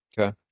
Okay